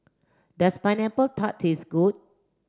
does pineapple tart taste good